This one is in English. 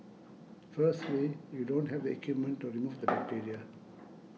firstly you don't have the equipment to remove the bacteria